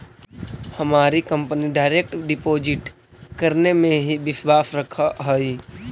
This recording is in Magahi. हमारी कंपनी डायरेक्ट डिपॉजिट करने में ही विश्वास रखअ हई